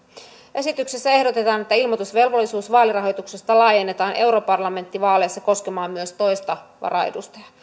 esityksessä ehdotetaan että ilmoitusvelvollisuus vaalirahoituksesta laajennetaan europarlamenttivaaleissa koskemaan myös toista varaedustajaa